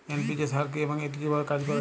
NPK সার কি এবং এটি কিভাবে কাজ করে?